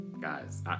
guys